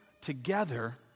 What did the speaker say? together